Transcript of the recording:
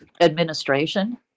administration